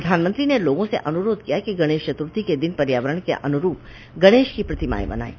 प्रधानमंत्री ने लोगों से अनुरोध किया कि गणेश चतुर्थी के दिन पर्यावरण के अनुरूप गणेश की प्रतिमायें बनायें